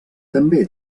també